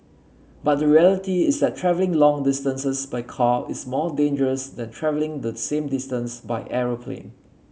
but the reality is that travelling long distances by car is more dangerous than travelling the same distance by aeroplane